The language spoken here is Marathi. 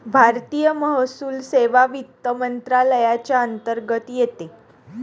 भारतीय महसूल सेवा वित्त मंत्रालयाच्या अंतर्गत येते